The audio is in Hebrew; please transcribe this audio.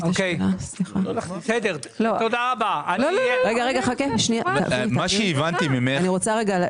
למיטב ידיעתי אין רגולטור.